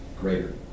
greater